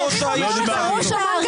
אתם ומש"ק הדת שיושב בראש הישיבה,